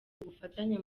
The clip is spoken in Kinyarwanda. ubufatanye